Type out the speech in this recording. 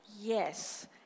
Yes